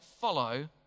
follow